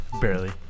barely